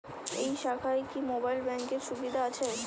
এই শাখায় কি মোবাইল ব্যাঙ্কের সুবিধা আছে?